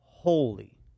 holy